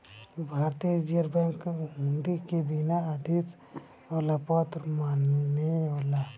भारतीय Reserve Bank hundi के बिना आदेश वाला पत्र मानेला